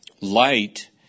Light